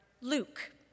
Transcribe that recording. Luke